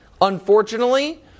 unfortunately